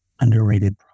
Underrated